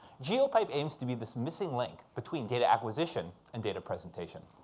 geopipe aims to be this missing link between data acquisition and data presentation.